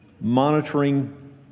monitoring